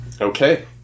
Okay